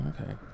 Okay